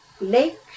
Lake